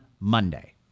Monday